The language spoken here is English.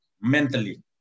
mentally